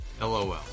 LOL